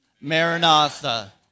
Maranatha